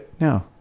no